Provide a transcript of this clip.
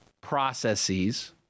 processes